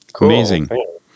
amazing